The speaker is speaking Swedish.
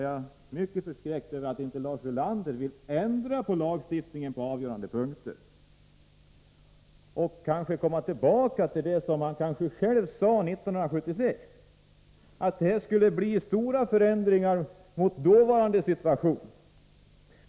Jag är mycket förskräckt över att Lars Ulander inte vill ändra på lagstiftningen på avgörande punkter och kanske komma tillbaka till det han själv sade 1976, att det skulle bli stora förändringar jämfört med dåvarande situation.